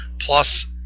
Plus